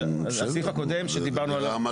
הסעיף הקודם שדיברנו עליו --- נו, בסדר.